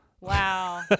wow